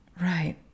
Right